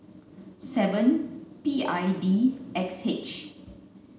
seven P I D X H